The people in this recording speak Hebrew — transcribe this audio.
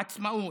עצמאות,